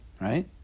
right